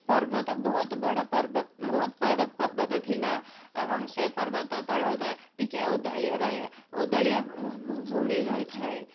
ପର୍ବତ ବହୁତ ବଡ଼ ବହୁତ ବଡ଼ ପର୍ବତ ଥିଲା ଏବଂ ସେ ପର୍ବତ ତଳତା ଟିକେ ଓଦାଳିଆ ରହ ଓଦାଳିଆ ଭୂମି ରହିଥାଏ